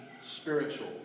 spiritual